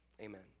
Amen